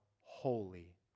holy